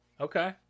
Okay